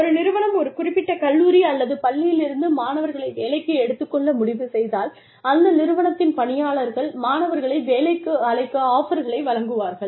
ஒரு நிறுவனம் ஒரு குறிப்பிட்ட கல்லூரி அல்லது பள்ளியிலிருந்து மாணவர்களை வேலைக்கு எடுத்துக்கொள்ள முடிவு செய்தால் அந்த நிறுவனத்தின் பணியாளர்கள் மாணவர்களை வேலைக்கு அழைக்க ஆஃபர்களை வழங்குவார்கள்